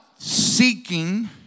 Seeking